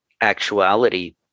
actuality